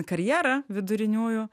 karjerą viduriniųjų